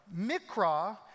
Mikra